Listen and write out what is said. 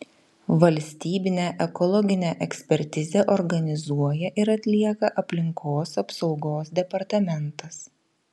valstybinę ekologinę ekspertizę organizuoja ir atlieka aplinkos apsaugos departamentas